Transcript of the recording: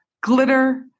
glitter